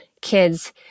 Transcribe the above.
kids